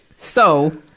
so,